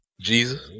Jesus